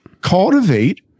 cultivate